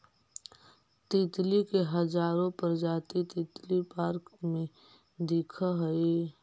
तितली के हजारो प्रजाति तितली पार्क में दिखऽ हइ